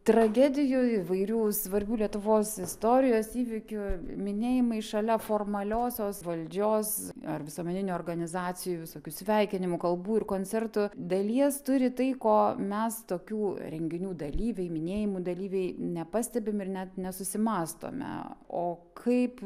tragedijų įvairių svarbių lietuvos istorijos įvykių minėjimai šalia formaliosios valdžios ar visuomeninių organizacijų visokių sveikinimų kalbų ir koncertų dalies turi tai ko mes tokių renginių dalyviai minėjimų dalyviai nepastebime ir net nesusimąstome o kaip